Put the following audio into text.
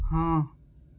ہاں